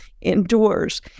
indoors